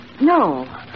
No